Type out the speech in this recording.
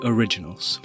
Originals